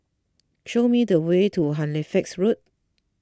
show me the way to Halifax Road